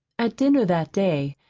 at dinner that day,